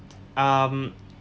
um